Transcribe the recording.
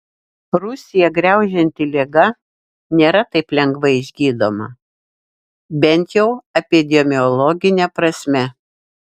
rusiją graužianti liga nėra taip lengvai išgydoma bent jau epidemiologine prasme